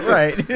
right